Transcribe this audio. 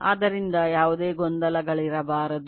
ಆದ್ದರಿಂದ ಯಾವುದೇ ಗೊಂದಲಗಳಾಗಿರಬಾರದು